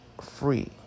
free